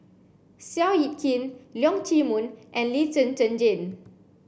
Seow Yit Kin Leong Chee Mun and Lee Zhen Zhen Jane